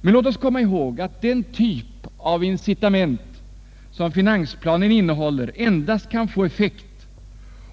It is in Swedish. Men låt oss komma ihåg att den typ av incitament som finansplanen innehäller endast kan få effekt